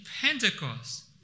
Pentecost